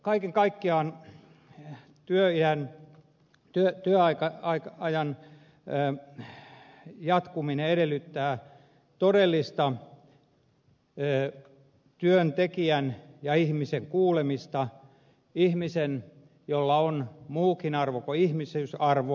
kaiken kaikkiaan työiän ja työn työaika aika ajan ja työajan jatkuminen edellyttää todellista työntekijän ja ihmisen kuulemista ihmisen jolla on muukin arvo kuin ihmisyysarvo